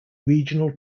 regional